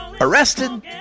arrested